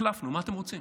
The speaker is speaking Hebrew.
החלפנו, מה אתם רוצים?